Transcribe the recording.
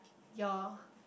your